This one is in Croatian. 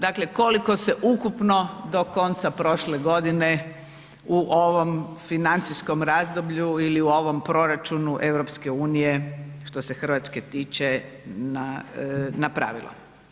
Dakle koliko se ukupno do konca prošle godine u ovom financijskom razdoblju ili u ovom proračunu EU što se Hrvatske tiče napravilo.